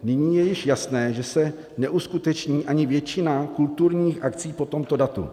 Nyní je již jasné, že se neuskuteční ani většina kulturních akcí po tomto datu.